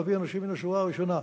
להביא אנשים מן השורה הראשונה,